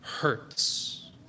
hurts